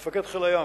מפקד חיל הים,